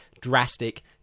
drastic